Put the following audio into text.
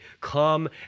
Come